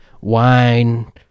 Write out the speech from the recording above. wine